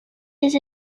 his